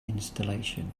installation